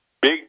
big